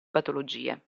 patologie